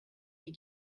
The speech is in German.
die